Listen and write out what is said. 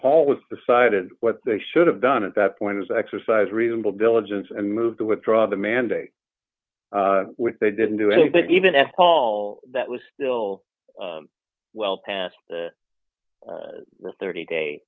hall was decided what they should have done at that point is exercise reasonable diligence and move to withdraw the mandate which they didn't do anything even if all that was still well past the thirty day